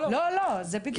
לא, לא, זה בדיוק זה.